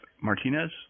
Martinez